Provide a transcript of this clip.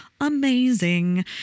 amazing